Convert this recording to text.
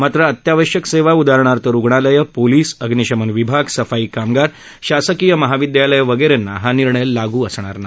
मात्र अत्यावश्यक सेवा उदाहरणार्थ रुग्णालयं पोलिस अग्निशमन विभाग सफाई कामगार शासकीय महाविद्यालयं वगैरेंना हा निर्णय लागू होणार नाही